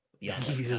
Yes